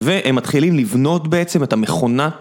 והם מתחילים לבנות בעצם את המכונה